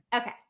Okay